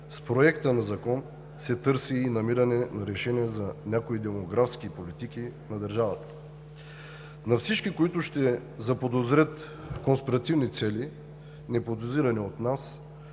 Със Законопроекта се търси намиране на решение за някои демографски политики на държавата. На всички, които ще заподозрат конспиративни цели, неподозирани от нас,